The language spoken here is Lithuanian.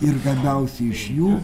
ir gabiausi iš jų